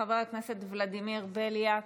חבר הכנסת ולדימיר בליאק,